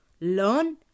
learn